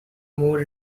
more